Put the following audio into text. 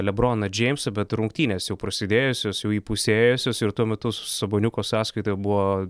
lebroną džeimsą bet rungtynės jau prasidėjusios jau įpusėjusios ir tuo metu saboniuko sąskaitoje buvo